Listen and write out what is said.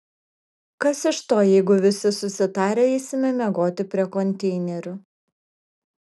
kas iš to jeigu visi susitarę eisime miegoti prie konteinerių